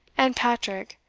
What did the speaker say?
and patrick,